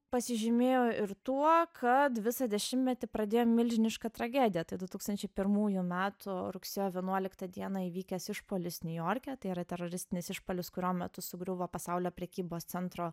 pasižymėjo ir tuo kad visą dešimtmetį pradėjo milžinišką tragediją tai du tūkstančiai pirmųjų metų rugsėjo vienuoliktą dieną įvykęs išpuolis niujorke tai yra teroristinis išpuolis kurio metu sugriuvo pasaulio prekybos centro